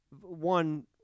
One